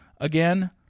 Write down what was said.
again